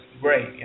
great